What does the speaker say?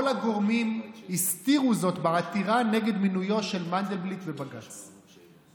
כל הגורמים הסתירו זאת בעתירה נגד מינויו של מנדלבליט בבג"ץ.